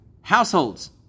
households